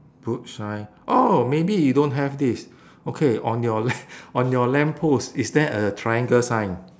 boot shine oh maybe you don't have this okay on your la~ on your lamppost is there a triangle sign